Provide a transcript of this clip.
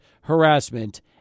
harassment